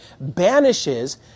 banishes